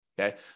Okay